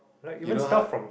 you know how